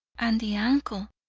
and the ankle!